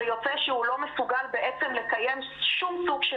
ויוצא שהוא לא מסוגל בעצם לקיים שום סוג של